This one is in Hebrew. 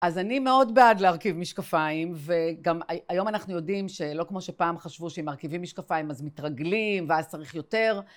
אז אני מאוד בעד להרכיב משקפיים, וגם היום אנחנו יודעים שלא כמו שפעם חשבו שהם מרכיבים משקפיים, אז מתרגלים, ואז צריך יותר.